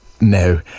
no